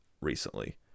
recently